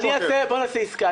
בוא נעשה עסקה,